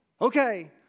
Okay